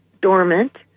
dormant